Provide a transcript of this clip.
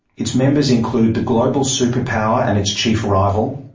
its members include the global superpower and its chief rival,